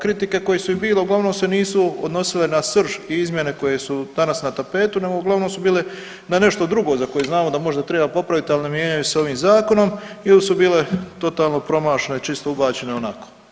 Kritike koje su i bile uglavnom se nisu odnosile na srž i izmjene koje su danas na tapetu, no uglavnom su bile na nešto drugo za koje znamo da možda treba popraviti, ali ne mijenjaju se ovim Zakonom ili su bile totalno promašaj, čisto ubačene onako.